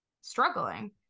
struggling